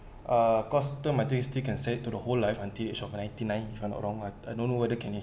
uh cost term I think you still can say to the whole life until age of ninety nine if I'm not wrong lah I don't know whether can you